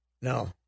No